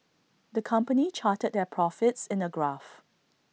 the company charted their profits in A graph